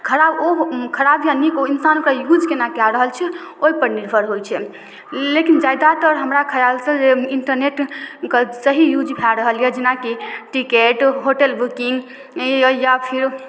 खराब ओ खराब या नीक ओ इंसानके यूज केना कए रहल छै ओइपर निर्भर होइ छनि लेकिन ज्यादातर हमरा ख्यालसँ जे इन्टरनेटके सही यूज भए रहल यऽ जेनाकि टिकट होटल बुकिंग या फेर